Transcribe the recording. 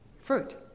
fruit